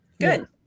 Good